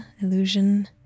illusion